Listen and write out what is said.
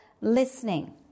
listening